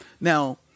Now